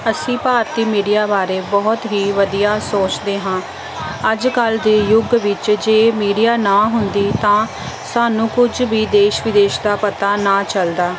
ਅਸੀਂ ਭਾਰਤੀ ਮੀਡੀਆ ਬਾਰੇ ਬਹੁਤ ਹੀ ਵਧੀਆ ਸੋਚਦੇ ਹਾਂ ਅੱਜ ਕੱਲ ਦੇ ਯੁੱਗ ਵਿੱਚ ਜੇ ਮੀਡੀਆ ਨਾ ਹੁੰਦੀ ਤਾਂ ਸਾਨੂੰ ਕੁਝ ਵੀ ਦੇਸ਼ ਵਿਦੇਸ਼ ਦਾ ਪਤਾ ਨਾ ਚੱਲਦਾ